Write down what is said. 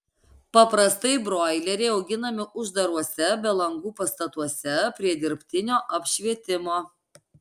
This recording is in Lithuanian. paprastai broileriai auginami uždaruose be langų pastatuose prie dirbtinio apšvietimo